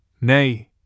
Nay